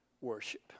worship